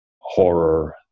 horror